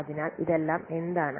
അതിനാൽ ഇതെല്ലം എന്താണ്